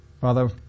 Father